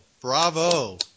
Bravo